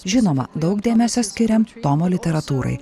žinoma daug dėmesio skiriam tomo literatūrai